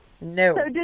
No